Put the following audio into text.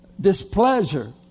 displeasure